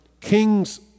kings